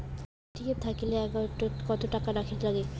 ATM থাকিলে account ওত কত টাকা রাখীর নাগে?